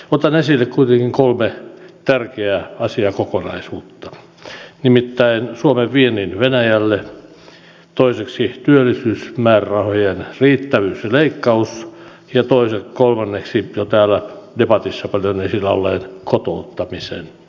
otan esille kuitenkin kolme tärkeää asiakokonaisuutta nimittäin suomen viennin venäjälle toiseksi työllisyysmäärärahojen riittävyyden ja leikkaamisen sekä kolmanneksi jo täällä debatissa paljon esillä olleen kotouttamisen